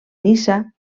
niça